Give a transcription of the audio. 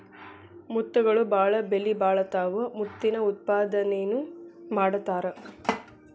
ಮುತ್ತುಗಳು ಬಾಳ ಬೆಲಿಬಾಳತಾವ ಮುತ್ತಿನ ಉತ್ಪಾದನೆನು ಮಾಡತಾರ